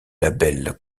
label